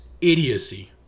idiocy